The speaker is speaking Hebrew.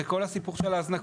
זה כל הסיפור של ההזנקות,